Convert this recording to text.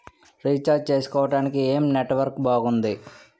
Recharge చేసుకోవటానికి ఏం network బాగుంది?